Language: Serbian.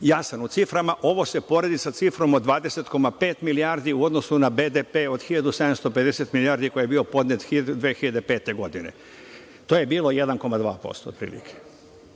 jasan u ciframa. Ovo se poredi sa cifrom od 20,5 milijardi u odnosu na BDP od 1.750 milijardi, koji je bio podnet 2005. godine. To je bilo 1,2% otprilike.